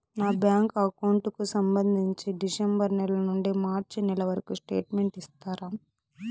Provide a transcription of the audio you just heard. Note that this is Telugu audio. నా బ్యాంకు అకౌంట్ కు సంబంధించి డిసెంబరు నెల నుండి మార్చి నెలవరకు స్టేట్మెంట్ ఇస్తారా?